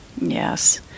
Yes